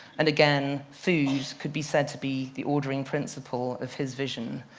and again, food could be said to be the ordering principle of his vision.